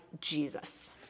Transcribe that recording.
Jesus